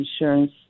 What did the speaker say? insurance